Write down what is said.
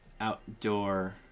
outdoor